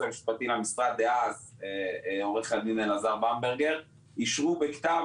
המשפטי למשרד דאז עורך הדין אלעזר במברגר אישרו בכתב